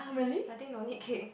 I think no need cake